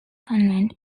convent